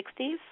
60s